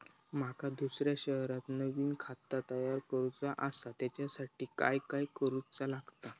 माका दुसऱ्या शहरात नवीन खाता तयार करूचा असा त्याच्यासाठी काय काय करू चा लागात?